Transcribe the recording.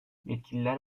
yetkililer